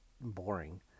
boring